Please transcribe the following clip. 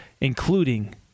including